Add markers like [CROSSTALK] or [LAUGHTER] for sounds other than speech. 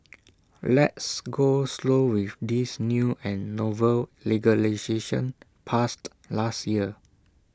let's go slow with this new and novel legislation [UNINTELLIGIBLE] passed last year